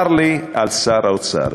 צר לי על שר האוצר.